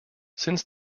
since